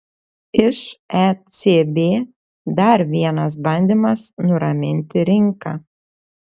iš ecb dar vienas bandymas nuraminti rinką